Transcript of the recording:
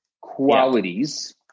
qualities